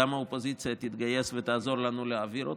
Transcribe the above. האופוזיציה תתגייס ותעזור לנו להעביר אותו.